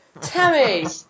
Tammy